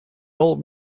old